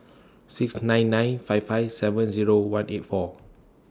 six nine nine five five seven Zero one eight four